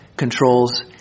controls